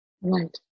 Right